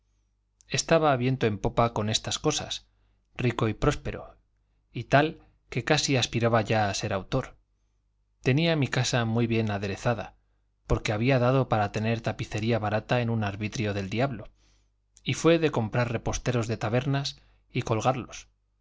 estaba viento en popa con estas cosas rico y próspero y tal que casi aspiraba ya a ser autor tenía mi casa muy bien aderezada porque había dado para tener tapicería barata en un arbitrio del diablo y fue de comprar reposteros de tabernas y colgarlos